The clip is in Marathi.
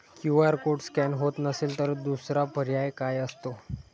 क्यू.आर कोड स्कॅन होत नसेल तर दुसरा पर्याय काय असतो?